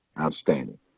Outstanding